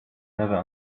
never